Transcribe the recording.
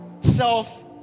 self